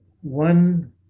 one